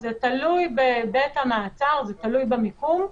זה תלוי בבית המעצר, זה תלוי במיקום,